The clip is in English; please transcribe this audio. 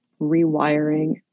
rewiring